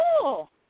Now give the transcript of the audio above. cool